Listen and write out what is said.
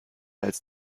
als